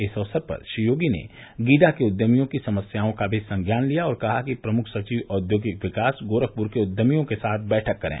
इस अवसर पर श्री योगी ने गीडा के उद्यमियों की समस्याओं का भी संज्ञान लिया और कहा कि प्रमुख सचिव औद्योगिक विकास गोरखपुर के उद्यमियों के साथ आकर बैठक करें